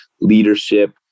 leadership